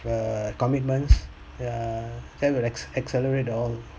the commitments err that will acce~ accelerate all